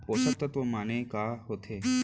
पोसक तत्व माने का होथे?